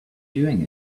doing